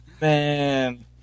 Man